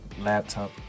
laptop